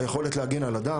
היכולת להגן על אדם,